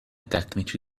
tecnici